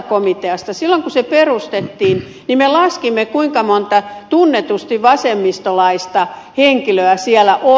silloin kun se perustettiin niin me laskimme kuinka monta tunnetusti vasemmistolaista henkilöä siellä on